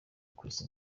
kwesa